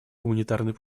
гуманитарной